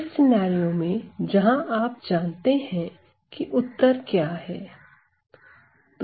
इस सिनेरियो में जहां आप जानते हैं कि उत्तर क्या है